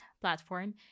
platform